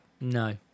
no